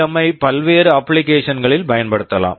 M PWM ஐப் பல்வேறு application application களில் பயன்படுத்தலாம்